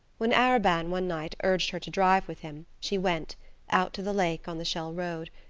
when arobin, one night, urged her to drive with him, she went out to the lake, on the shell road.